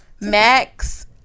Max